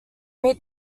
meet